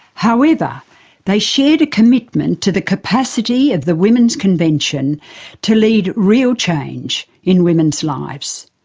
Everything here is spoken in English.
however, they shared a commitment to the capacity of the women's convention to lead real change in women's lives.